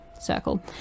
circle